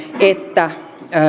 että